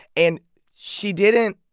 and she didn't,